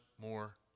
more